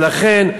ולכן,